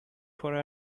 for